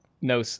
No